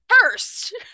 first